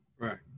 Right